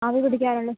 ആവി പിടിക്കാനുള്ള